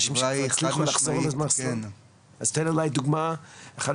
אז תן אולי דוגמאות,